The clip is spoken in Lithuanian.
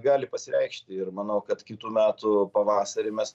gali pasireikšti ir manau kad kitų metų pavasarį mes